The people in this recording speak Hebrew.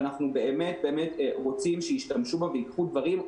ואנחנו רוצים שישתמשו בה וייקחו דברים.